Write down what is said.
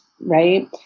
Right